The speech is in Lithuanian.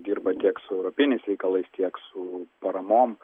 dirba tiek su europiniais reikalais tiek su paramom